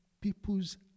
people's